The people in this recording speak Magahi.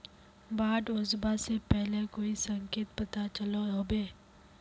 बाढ़ ओसबा से पहले कोई संकेत पता चलो होबे?